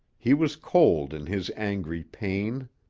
he was cold in his angry pain.